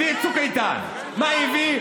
הביא את צוק איתן, מה הביא?